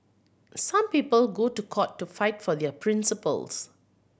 some people go to court to fight for their principles